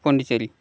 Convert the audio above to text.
Pondicherry